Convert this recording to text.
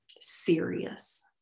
serious